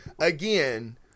again